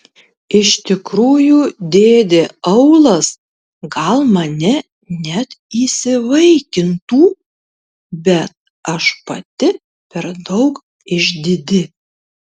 iš tikrųjų dėdė aulas gal mane net įsivaikintų bet aš pati per daug išdidi